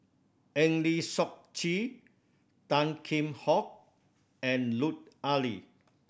Eng Lee Seok Chee Tan Kheam Hock and Lut Ali